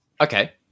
okay